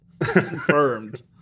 Confirmed